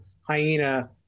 hyena